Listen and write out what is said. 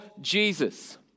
Jesus